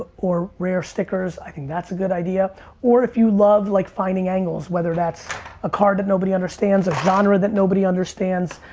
or rare stickers, i think that's a good idea or if you love like finding angles, whether that's a card that nobody understands, a genre that nobody understands,